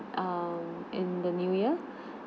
um in the new year